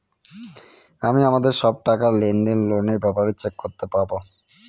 আমি আমাদের সব টাকা, লেনদেন, লোনের ব্যাপারে চেক করতে পাবো